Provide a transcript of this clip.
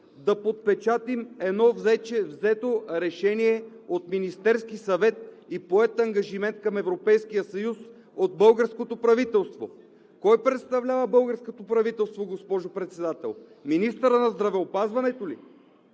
да подпечатаме едно вече взето решение от Министерския съвет и поет ангажимент към Европейския съюз от българското правителство? Кой представлява българското правителство, госпожо Председател? Министърът на здравеопазването ли?